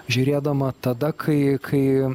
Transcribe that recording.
žiūrėdama tada kai kai